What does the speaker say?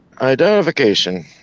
Identification